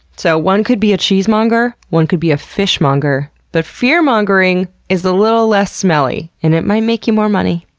so, one could be a cheesemonger, one could be a fishmonger, but fearmongering is a little less smelly and it might make you more money.